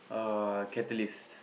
uh catalyst